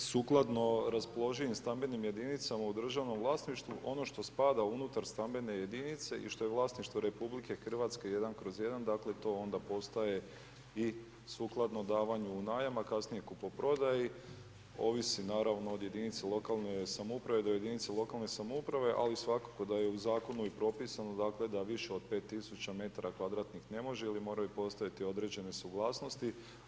Dakle sukladno raspoloživim stambenim jedinicama u državnom vlasništvu, ono što spada unutar stambene jedinice i što je vlasništvo RH 1/1, dakle to onda postaje i sukladno davanju u najam a kasnije kupoprodaji, ovisi naravno od jedinice lokalne samouprave do jedinice lokalne samouprave, ali svakako da je u zakonu i propisano, dakle da više od 5 tisuća metara kvadratnih ne može ili moraju postojati određene suglasnosti.